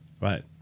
Right